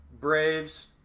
Braves